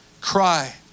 cry